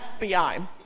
FBI